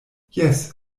jes